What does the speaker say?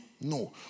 No